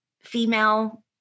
female